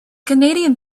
canadian